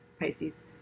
Pisces